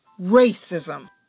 racism